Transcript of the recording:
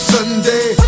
Sunday